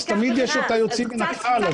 אז תמיד יש את היוצאים מן הכלל,